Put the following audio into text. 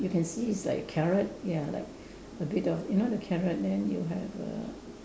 you can see it's like carrot ya like a bit of you know the carrot then you have a